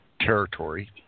Territory